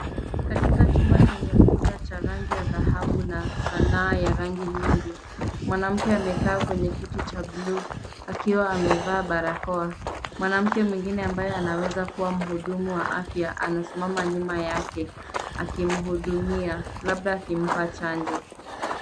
Katika chumba chenye ukuta cha rangi ya dhahabu na sanaha ya rangi nyingi, mwanamke amekaa kwenye kiti cha blue , akiwa amevaa barakoa. Mwanamke mwingine ambaye anaweza kua mhudumu wa afya, anasimama nyuma yake, akimhudumia, labda akimpa chanjo.